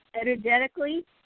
energetically